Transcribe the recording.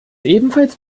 ebenfalls